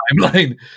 Timeline